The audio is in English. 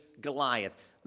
Goliath